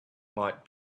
might